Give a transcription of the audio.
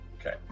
okay